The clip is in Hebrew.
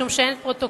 משום שאין פרוטוקולים